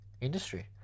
industry